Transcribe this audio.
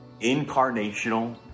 Incarnational